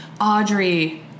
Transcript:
Audrey